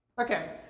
Okay